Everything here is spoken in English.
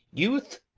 youth?